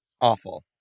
Awful